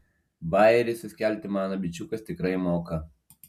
bajerį suskelti mano bičiukas tikrai moka